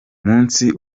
munsi